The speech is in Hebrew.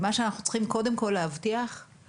מה שאנחנו צריכים קודם כל להבטיח הוא